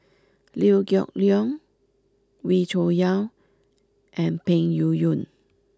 Liew Geok Leong Wee Cho Yaw and Peng Yuyun